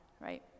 right